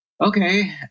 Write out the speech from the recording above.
okay